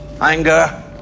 anger